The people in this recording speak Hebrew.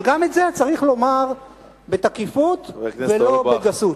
אבל גם את זה צריך לומר בתקיפות ולא בגסות.